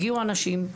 הגיעו אנשים.